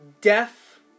deaf